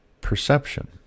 perception